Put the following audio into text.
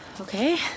okay